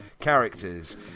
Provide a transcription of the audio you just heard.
characters